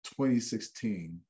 2016